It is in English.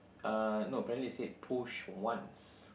uh no apparently it say push once